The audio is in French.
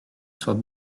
soit